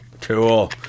cool